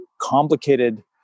complicated